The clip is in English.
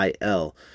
IL